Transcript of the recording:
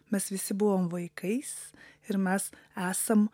mes visi buvom vaikais ir mes esam